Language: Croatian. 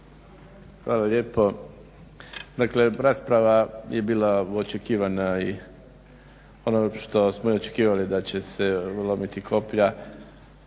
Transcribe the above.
Hvala lijepo. Dakle rasprava je bila očekivana i ono što smo očekivali da će se lomiti koplja,